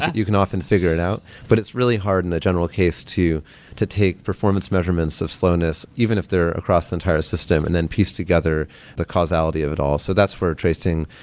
you can often figure it out but it's really hard in a general case to to take performance measurements of slowness, even if they're across entire system and then pieced together the causality of it all. so that's for tracing.